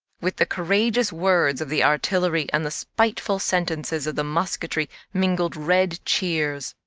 with the courageous words of the artillery and the spiteful sentences of the musketry mingled red cheers.